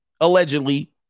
allegedly